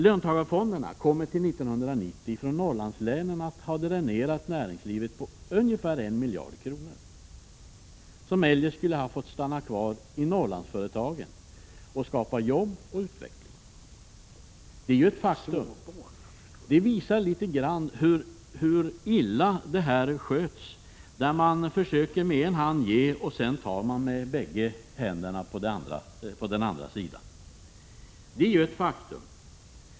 Löntagarfonderna kommer fram till 1990 att ha dränerat näringslivet i Norrlandslänen på ungefär en miljard kr., som eljest skulle ha fått stanna kvar i Norrlandsföretagen och skapa jobb och utveckling. Det är ett faktum. Det visar hur illa det här sköts. Man försöker ge med ena handen och ta med den andra. Det är ett faktum.